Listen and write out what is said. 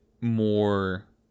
more